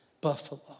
Buffalo